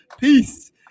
peace